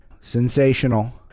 Sensational